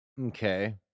okay